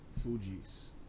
Fuji's